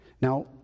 Now